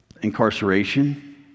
incarceration